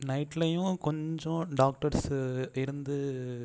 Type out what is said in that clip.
நைட்லையும் கொஞ்சம் டாக்ட்டர்ஸு இருந்து